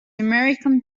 american